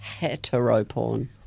heteroporn